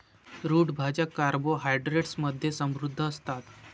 route भाज्या carbohydrates मध्ये समृद्ध असतात